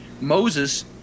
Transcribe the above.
Moses